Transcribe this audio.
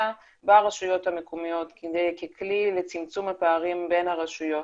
ברשויות המקומיות ככלי לצמצום הפערים בין הרשויות.